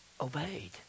obeyed